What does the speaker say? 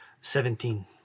Seventeen